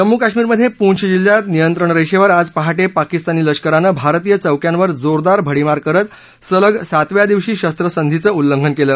जम्मू काश्मीरमध्ये पूंछ जिल्ह्यात नियंत्रण रेषेवर आज पहाटे पाकिस्तानी लष्करानं भारतीय चौक्यांवर जोरदार भडीमार करत सलग सातव्या दिवशी शस्त्रसंधीचं उल्लंघन केलं